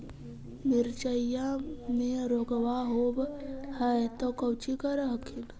मिर्चया मे रोग्बा होब है तो कौची कर हखिन?